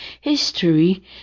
history